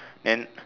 then